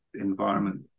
environment